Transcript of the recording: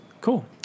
cool